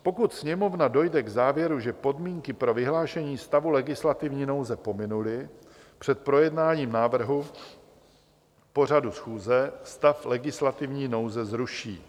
Pokud Sněmovna dojde k závěru, že podmínky pro vyhlášení stavu legislativní nouze pominuly před projednáním návrhu pořadu schůze, stav legislativní nouze zruší.